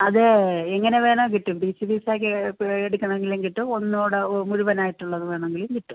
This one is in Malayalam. അത് എങ്ങനെ വേണമെങ്കിലും കിട്ടും പീസ് പീസ് ആക്കിയിട്ട് എടുക്കണമെങ്കിലും കിട്ടും ഒന്നുകൂടെ മുഴുവനായിട്ട് ഉള്ളത് വേണമെങ്കിലും കിട്ടും